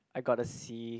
I got the C